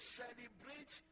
celebrate